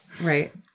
right